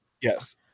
Yes